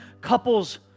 couples